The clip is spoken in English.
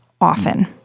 often